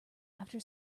after